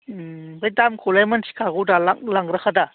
ओमफ्राय दामखौलाय मिथिखागौदा लांग्राखादा